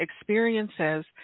experiences